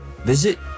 visit